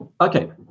Okay